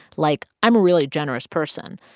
like i'm a really generous person,